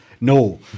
No